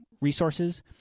resources